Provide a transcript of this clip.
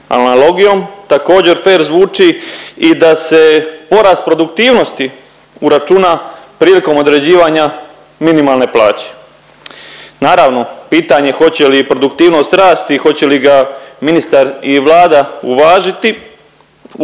analogijom također fer zvuči i da se porast produktivnosti uračuna prilikom određivanja minimalne plaće. Naravno, pitanje hoće li produktivnost rasti, hoće li ga ministar i Vlada uvažiti